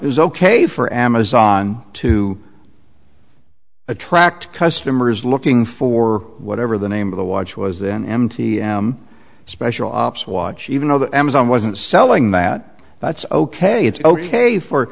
is ok for amazon to attract customers looking for whatever the name of the watch was then m t m special ops watch even though that amazon wasn't selling that that's ok it's ok for